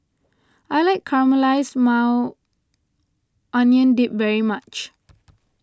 I like Caramelized Maui Onion Dip very much